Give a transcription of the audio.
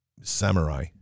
samurai